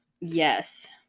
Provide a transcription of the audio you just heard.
Yes